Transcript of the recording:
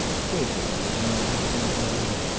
stage-wheels are rattling up the road.